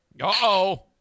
Uh-oh